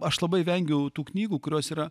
aš labai vengiau tų knygų kurios yra